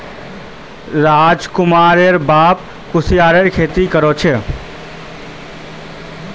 राजकुमारेर बाप कुस्यारेर खेती कर छे